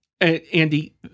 Andy